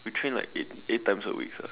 we train like eight eight times a week sia